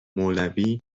مولوی